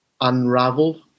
unravel